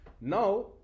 Now